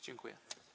Dziękuję.